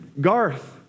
Garth